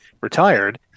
retired